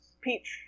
peach